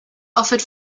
offered